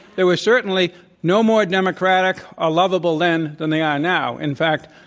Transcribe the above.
they were certainly no more democratic or lovable then than they are now. in fact,